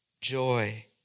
joy